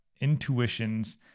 intuitions